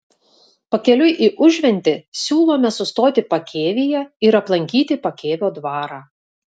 pakeliui į užventį siūlome sustoti pakėvyje ir aplankyti pakėvio dvarą